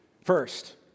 First